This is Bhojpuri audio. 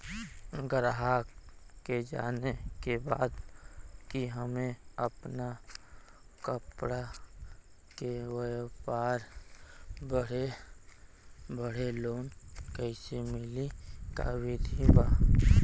गराहक के जाने के बा कि हमे अपना कपड़ा के व्यापार बदे लोन कैसे मिली का विधि बा?